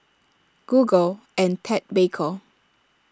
Google and Ted Baker